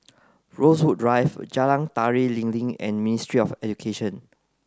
Rosewood Drive Jalan Tari Lilin and Ministry of Education